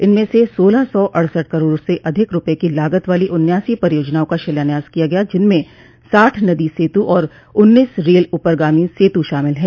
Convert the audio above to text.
इनमें से सोलह सौ अड़सठ करोड़ से अधिक रूपये की लागत वाली उन्यासी परियोजनाओं का शिलान्यास किया गया जिनमें साठ नदी सेतु और उन्नीस रेल उपरगामी सेतु शामिल है